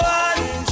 one